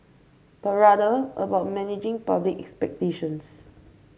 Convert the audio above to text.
but rather about managing public expectations